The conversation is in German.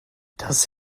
das